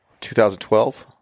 2012